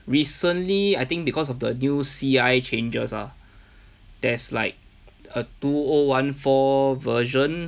recently I think because of the new C_I changes ah there's like a two O one four version